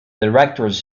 directors